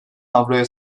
avroya